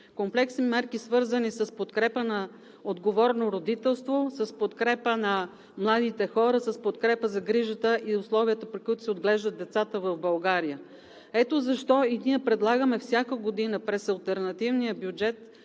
комплексни мерки, свързани с подкрепата за отговорно родителство, с подкрепа на младите хора, с подкрепа на грижата и условията, при които се отглеждат децата в България. Ето защо всяка година през алтернативния бюджет